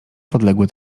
podległy